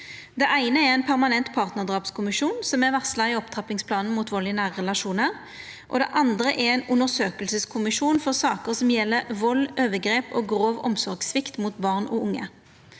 Det eine er ein permanent partnardrapskommisjon, som er varsla i opptrappingsplanen mot vald i nære relasjonar. Det andre er ein undersøkingskommisjon for saker som gjeld vald, overgrep og grov omsorgssvikt mot barn og unge.